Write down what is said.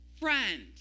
friend